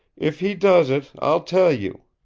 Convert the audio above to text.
if he does it, i'll tell you.